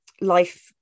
life